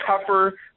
tougher